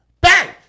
Bang